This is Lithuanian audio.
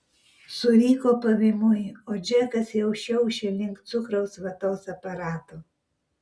suriko pavymui o džekas jau šiaušė link cukraus vatos aparato